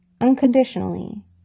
Unconditionally